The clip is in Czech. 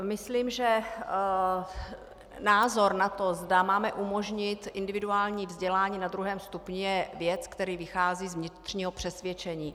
Myslím, že názor na to, zda máme umožnit individuální vzdělání na druhém stupni, je věc, která vychází z vnitřního přesvědčení.